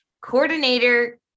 coordinator